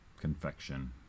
confection